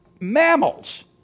mammals